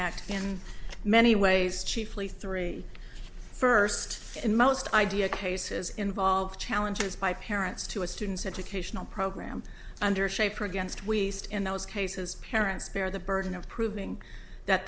act in many ways chiefly three first in most idea cases involve challenges by parents to a student's educational program under shape or against we in those cases parents bear the burden of proving that